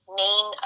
main